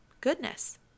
goodness